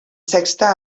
sexta